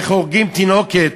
איך הורגים תינוקת.